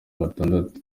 batandatu